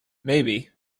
maybe